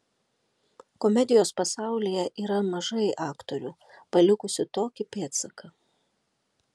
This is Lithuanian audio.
komedijos pasaulyje yra mažai aktorių palikusių tokį pėdsaką